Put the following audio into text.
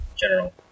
general